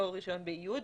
לא רישיון באיוד,